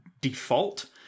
default